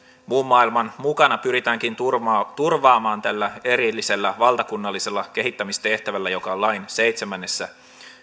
muun maailman mukana pyritäänkin turvaamaan tällä erillisellä valtakunnallisella kehittämistehtävällä joka on lain seitsemännessä